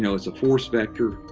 know, as a forced vector,